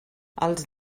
els